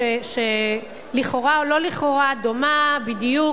שלכאורה או לא לכאורה דומה בדיוק,